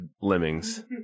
Lemmings